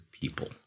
people